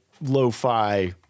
lo-fi